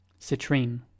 Citrine